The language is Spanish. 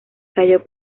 cayó